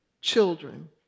children